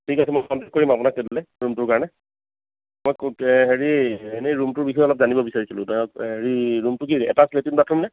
ঠিক আছে মই কনটেক্ট কৰিম আপোনাক তেতিয়া হ'লে ৰুমটোৰ কাৰণে মই ক'ত হেৰি এনেই ৰুমটোৰ বিষয়ে অলপ জানিব বিচাৰিছিলোঁ ধৰক হেৰি ৰুমটো কি এটাচ্ড লেট্ৰিন বাথৰুম নে